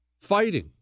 fighting